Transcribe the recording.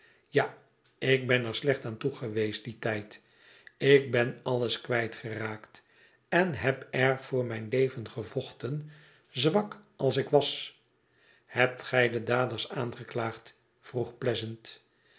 ja ik ben er slecht aan toe geweest dien tijd ik ben alles kwijtgeraakt en heb erg voor mijn leven gevochten zwak als ik was ihebt gij de daders aangeklaagd vroeg pleasant